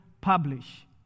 publish